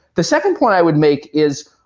the second point i would make is,